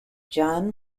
john